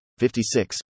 56